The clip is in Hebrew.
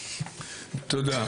תודה,